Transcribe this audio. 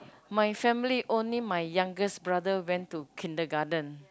my family only my youngest brother went to Kindergarten